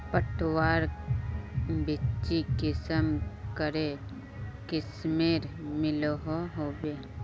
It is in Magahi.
पटवार बिच्ची कुंसम करे किस्मेर मिलोहो होबे?